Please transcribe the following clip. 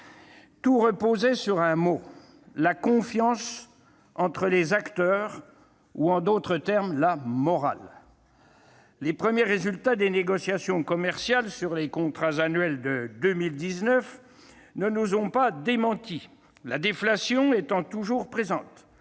Tout reposait sur un mot : la confiance entre les acteurs ou, en d'autres termes, la « morale ». Les premiers résultats des négociations commerciales sur les contrats annuels de 2019 ne nous ont pas démentis : la déflation est toujours présente.